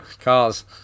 Cars